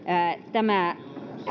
tämä